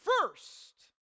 first